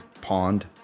pond